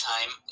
time